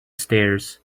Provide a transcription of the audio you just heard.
stairs